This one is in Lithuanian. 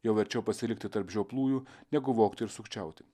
jo verčiau pasilikti tarp žioplųjų negu vogti ir sukčiauti